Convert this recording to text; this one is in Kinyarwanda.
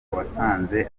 wasanze